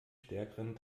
stärkeren